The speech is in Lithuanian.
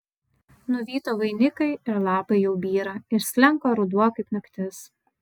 nuvyto vainikai ir lapai jau byra ir slenka ruduo kaip naktis